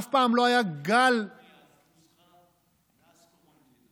אף פעם לא היה גל, מאז קום המדינה.